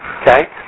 Okay